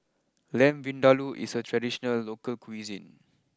Lamb Vindaloo is a traditional local cuisine